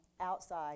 outside